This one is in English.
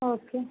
okay